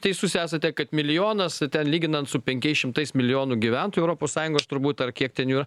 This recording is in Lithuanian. teisus esate kad milijonas ten lyginant su penkiais šimtais milijonų gyventojų europos sąjungos turbūt ar kiek ten jų